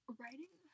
writing